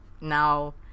now